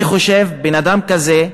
אני חושב, בן-אדם כזה,